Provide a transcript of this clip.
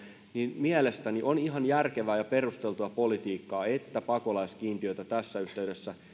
niin mielestäni on ihan järkevää ja perusteltua politiikkaa että pakolaiskiintiötä tässä yhteydessä